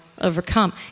overcome